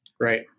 Right